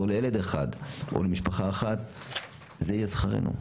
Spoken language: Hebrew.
לילד אחד או למשפחה אחת זה יהיה שכרנו.